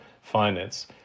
finance